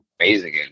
amazing